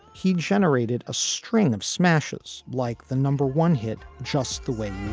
he generated a string of smashes like the number one hit just the way